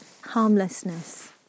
harmlessness